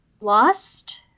lost